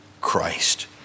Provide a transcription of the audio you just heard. Christ